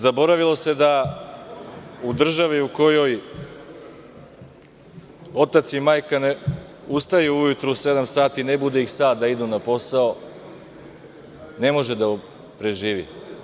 Zaboravilo se da u državi u kojoj otac i majka ne ustaju ujutru u sedam sati, ne budi ih sat da idu na posao, ne može da se preživi.